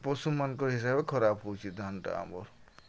ପଶୁମାନଙ୍କର୍ ହିସାବେ ଖରାପ୍ ହେଉଛେ ଧାନ୍ଟା ଆମର୍